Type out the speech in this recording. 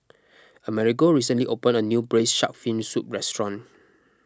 Amerigo recently opened a new Braised Shark Fin Soup restaurant